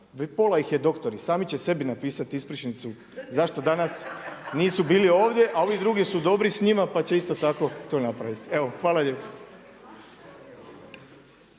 pola ih je doktori, sami će sebi napisati ispričnicu zašto danas nisu bili ovdje a ovi drugi su dobri s njima pa će isto tako to napraviti. Evo hvala lijepo.